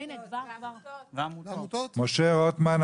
משה רוטמן,